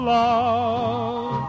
love